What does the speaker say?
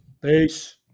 Peace